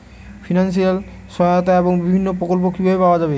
Financial সহায়তা এবং বিভিন্ন প্রকল্প কিভাবে পাওয়া যাবে?